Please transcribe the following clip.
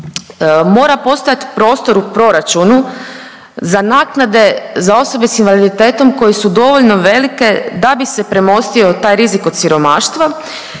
Mora postojati prostor u proračunu za naknade za osobe s invaliditetom koje su dovoljno velike da bi se premostio taj rizik od siromaštva